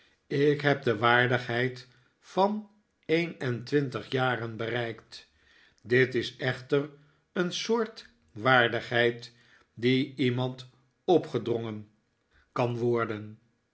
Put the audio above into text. ik heb de waardigheid van een en twintig jaren bereikt dit is echter een soort waardigheid die iemand opgedrongen kan worden